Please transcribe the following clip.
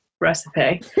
recipe